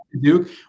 Duke